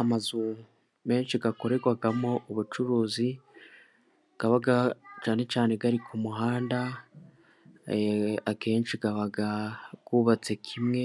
Amazu menshi akorerwamo ubucuruzi aba cyane cyane ari ku muhanda, akenshi aba yubatse kimwe